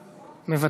מוותר,